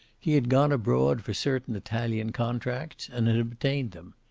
he had gone abroad for certain italian contracts and had obtained them.